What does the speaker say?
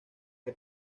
que